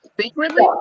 Secretly